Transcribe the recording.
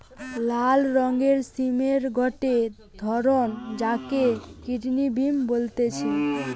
লাল রঙের সিমের গটে ধরণ যাকে কিডনি বিন বলতিছে